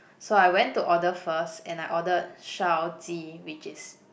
so I went to order first and I order 烧鸡 which is